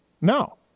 No